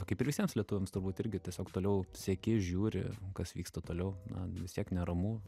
kaip ir visiems lietuviams turbūt irgi tiesiog toliau seki žiūri kas vyksta toliau na vis tiek neramu